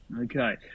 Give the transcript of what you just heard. Okay